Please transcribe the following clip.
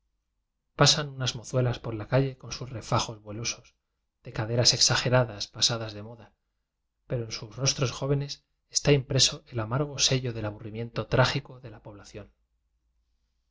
pasan unas mozuelas por la calle con sus refajos vuelosos de cade ras exageradas pasadas de moda pero en sus rostros jóvenes está impreso el amargo sello del aburrimiento trágico de la pobla